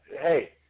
hey